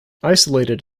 isolated